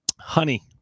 honey